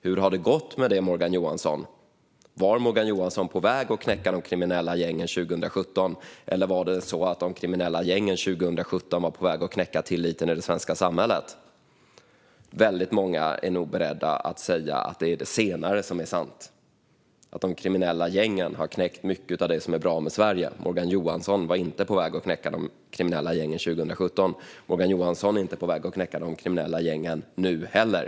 Hur har det gått med det, Morgan Johansson? Var Morgan Johansson på väg att knäcka de kriminella gängen 2017, eller var det så att de kriminella gängen 2017 var på väg att knäcka tilliten i det svenska samhället? Väldigt många är nog beredda att säga att det är det senare som är sant - att de kriminella gängen har knäckt mycket av det som är bra med Sverige. Morgan Johansson var inte på väg att knäcka de kriminella gängen 2017. Morgan Johansson är inte på väg att knäcka de kriminella gängen nu heller.